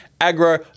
Agro